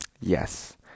Yes